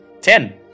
Ten